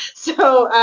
so